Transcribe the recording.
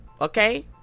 okay